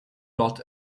lot